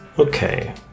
Okay